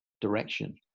direction